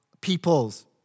peoples